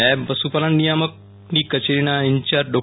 નાયબ પશુપાલન નિયામકની કચેરીના ઈનચાર્જ ડો